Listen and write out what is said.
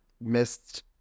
missed